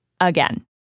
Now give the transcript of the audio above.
Again